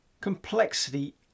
Complexity